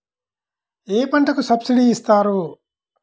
ఏ పంటకు సబ్సిడీ ఇస్తారు?